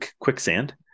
quicksand